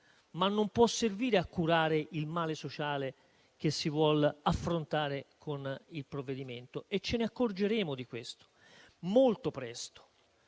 ma non può servire a curare il male sociale che si vuol affrontare con il provvedimento. Di questo ce ne accorgeremo molto presto.